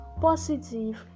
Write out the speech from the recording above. positive